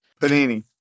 Panini